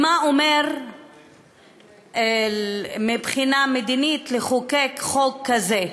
מה אומר מבחינה מדינית לחוקק חוק כזה?